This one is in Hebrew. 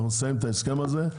אנחנו נסיים את ההסכם הזה.